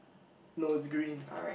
no it's green